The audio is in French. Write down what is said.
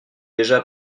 déjà